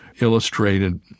illustrated